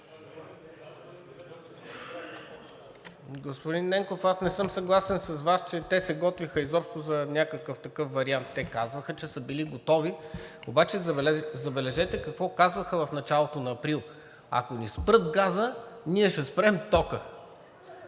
Господин Ненков, аз не съм съгласен с Вас, че те се готвеха изобщо за някакъв такъв вариант. Те казваха, че са били готови, обаче забележете какво казваха в началото на април: „Ако ни спрат газа, ние ще спрем тока.“